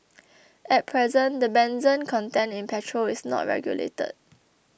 at present the benzene content in petrol is not regulated